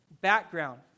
background